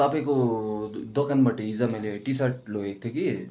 तपाईँको दोकानबाट हिजो मैले टी सर्ट लगेको थिएँ कि